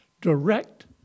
direct